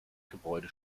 gebäude